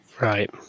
Right